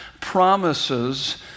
promises